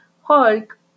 Hulk